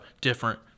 different